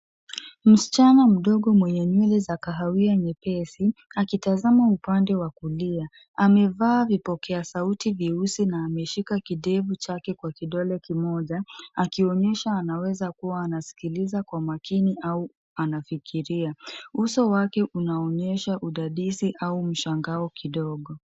Msichana mdogo mwenye nywele za kahawia nyepesi akitazama upande wa kulia. A mevaa vipokea sauti vyeusi na ameshika kidevu chake kwa kidole kimoja akionyesha anaweza kuwa anasikiliza kwa makini au anafikiria. Uso wake unaonyesha udadisi au mshangao kidogo.